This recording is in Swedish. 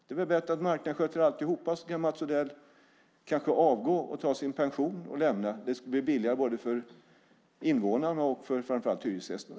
Det är väl bättre att marknaden sköter alltihop, så kan Mats Odell kanske avgå, ta sin pension och lämna. Det blir billigare både för invånarna och framför allt för hyresgästerna.